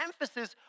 emphasis